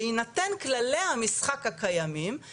בהינתן כללי המשחק הקיימים,